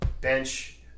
bench